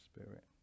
spirit